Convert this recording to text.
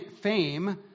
fame